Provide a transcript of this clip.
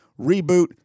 reboot